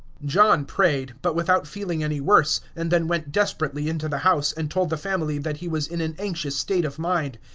john prayed, but without feeling any worse, and then went desperately into the house, and told the family that he was in an anxious state of mind.